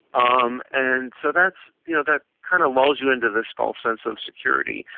um and so that you know that kind of lulls you into this false sense of security.